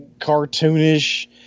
cartoonish